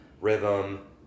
rhythm